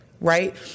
Right